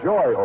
Joy